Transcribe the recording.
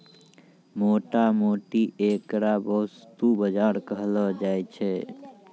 मोटा मोटी ऐकरा वस्तु बाजार कहलो जाय छै